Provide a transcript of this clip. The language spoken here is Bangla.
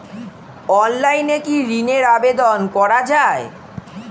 অনলাইনে কি ঋণের আবেদন করা যায়?